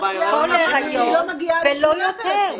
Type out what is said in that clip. כל הריון, ולא יותר.